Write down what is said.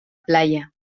playa